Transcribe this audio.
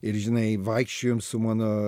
ir žinai vaikščiojom su mano